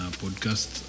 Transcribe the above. podcast